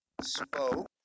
spoke